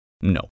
No